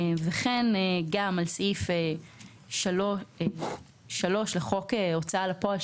וכן גם על סעיף 3ד לחוק הוצאה לפועל,